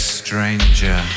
stranger